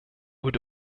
would